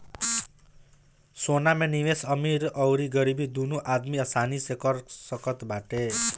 सोना में निवेश अमीर अउरी गरीब दूनो आदमी आसानी से कर सकत बाटे